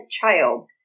child